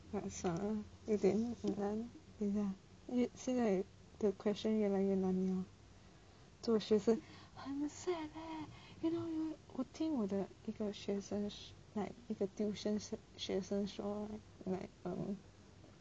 what 现在 the question 越来越难了做学生很 sad leh you know you know 我听我的一个学生一个 tuition 学生说 like err